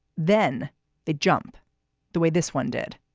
then they jump the way this one did,